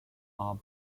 are